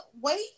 wait